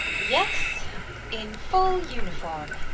yes in full uniform!